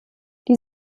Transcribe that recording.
die